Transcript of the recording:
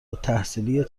التحصیلی